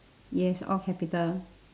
yes all capital